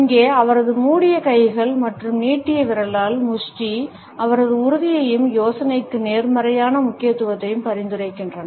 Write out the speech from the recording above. இங்கே அவரது மூடிய கைகள் மற்றும் நீட்டிய விரலால் முஷ்டி அவரது உறுதியையும் யோசனைக்கு நேர்மறையான முக்கியத்துவத்தையும் பரிந்துரைக்கின்றன